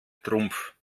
trumpf